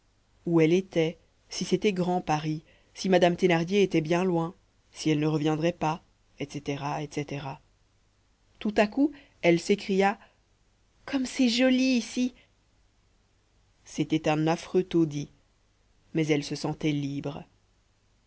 où elle était si c'était grand paris si madame thénardier était bien loin si elle ne reviendrait pas etc etc tout à coup elle s'écria comme c'est joli ici c'était un affreux taudis mais elle se sentait libre